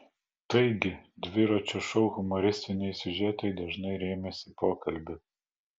taigi dviračio šou humoristiniai siužetai dažnai rėmėsi pokalbiu